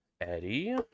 eddie